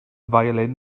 violin